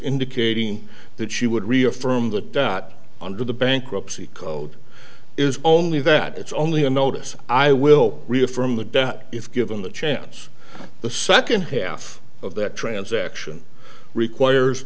indicating that she would reaffirm that does not under the bankruptcy code is only that it's only a notice i will reaffirm the debt if given the chance the second half of that transaction requires